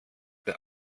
der